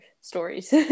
stories